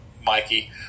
Mikey